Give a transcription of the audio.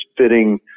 fitting